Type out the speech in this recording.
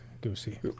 goosey